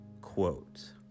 quote